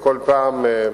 וכל פעם,